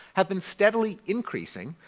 have been steadily increasing.